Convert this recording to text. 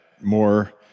more